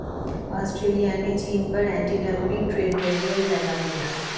Australia ने चीन पर एंटी डंपिंग ट्रेड बैरियर लगा दिया